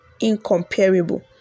incomparable